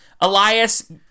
Elias